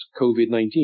COVID-19